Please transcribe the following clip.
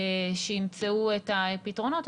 שימצאו את הפתרונות.